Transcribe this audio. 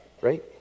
right